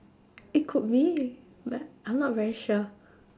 it could but I'm not very sure